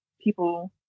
people